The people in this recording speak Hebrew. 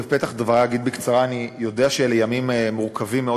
בפתח דברי אגיד בקצרה שאני יודע שאלה ימים מורכבים מאוד